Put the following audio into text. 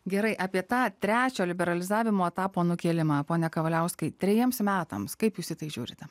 gerai apie tą trečio liberalizavimo etapo nukėlimą pone kavaliauskai trejiems metams kaip jūs į tai žiūrite